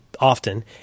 often